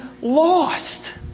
lost